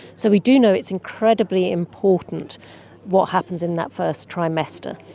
so we do know it's incredibly important what happens in that first trimester.